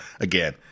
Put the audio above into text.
again